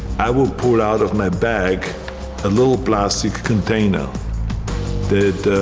i would pull out of my bag a little plastic container that